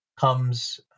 comes